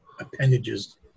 appendages